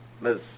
Miss